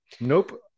Nope